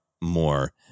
more